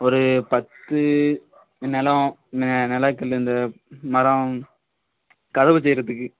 ஒரு பத்து நிலம் நெ நிலக்கல்லு இந்த மரம் கதவு செய்கிறதுக்கு